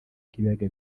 k’ibiyaga